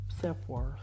self-worth